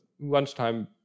lunchtime